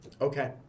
Okay